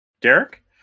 Derek